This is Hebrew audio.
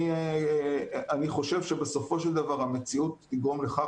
אני חושב שבסופו של דבר המציאות תגרום לכך